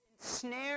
snare